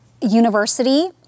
university